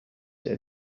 der